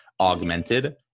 augmented